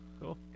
Cool